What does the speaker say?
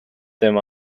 them